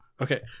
Okay